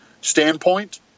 standpoint